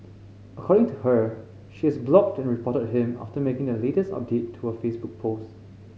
according to her she has blocked and reported him after making the latest update to her Facebook post